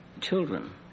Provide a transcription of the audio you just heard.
children